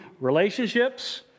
relationships